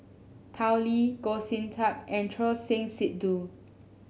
Tao Li Goh Sin Tub and Choor Singh Sidhu